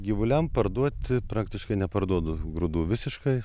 gyvuliam parduot praktiškai neparduodu grūdų visiškai